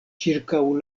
ĉirkaŭ